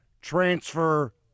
transfer